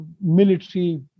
military